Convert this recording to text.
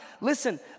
listen